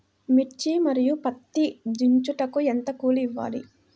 మిర్చి మరియు పత్తి దించుటకు ఎంత కూలి ఇవ్వాలి?